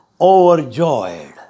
overjoyed